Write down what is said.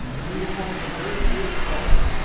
uniforms of very goot clos,